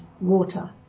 water